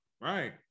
Right